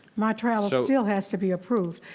my travel so still has to be approved.